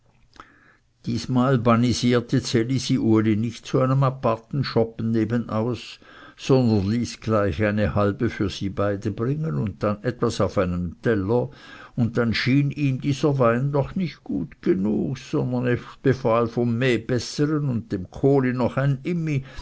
diesmal bannisierte ds elisi uli nicht zu einem aparten schoppen nebenaus sondern ließ gleich eine halbe für sie beide bringen und dann etwas auf einem teller und dann schien ihm dieser wein noch nicht gut genug sondern es befahl vom mehbessern und dem kohli noch ein immi